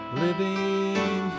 living